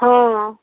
ହଁ